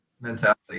mentality